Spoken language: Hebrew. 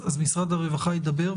אז משרד הרווחה ידבר,